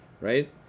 right